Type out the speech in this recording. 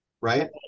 Right